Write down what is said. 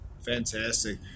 Fantastic